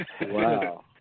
Wow